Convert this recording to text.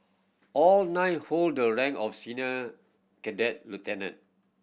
all nine hold the rank of senior cadet lieutenant